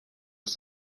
aus